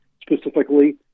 specifically